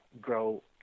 grow